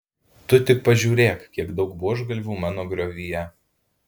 tu tik pažiūrėk kiek daug buožgalvių mano griovyje